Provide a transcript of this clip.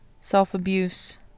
Self-abuse